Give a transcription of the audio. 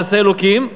מעשה אלוקים,